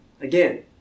Again